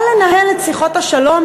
או לנהל את שיחות השלום,